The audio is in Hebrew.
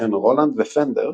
בהן רולנד ופנדר,